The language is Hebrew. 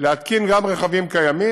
להתקין גם ברכבים קיימים,